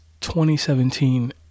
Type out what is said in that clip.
2017